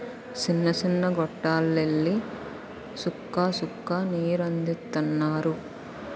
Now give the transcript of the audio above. సిన్న సిన్న గొట్టాల్లెల్లి సుక్క సుక్క నీరందిత్తన్నారు